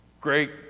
great